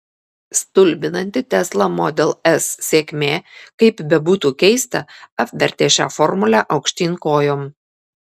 stulbinanti tesla model s sėkmė kaip bebūtų keista apvertė šią formulę aukštyn kojom